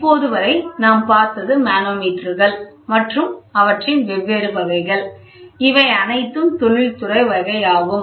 இப்போது வரை நாம் பார்த்தது மனோமீட்டர்கள் மற்றும் அவற்றின் வெவ்வேறு வகைகள் இவை அனைத்தும் தொழில்துறை வகை ஆகும்